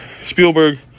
Spielberg